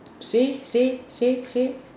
see see see see